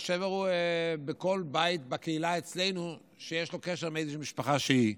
והשבר הוא בכל בית בקהילה אצלנו שיש לו קשר עם איזו משפחה שהיא.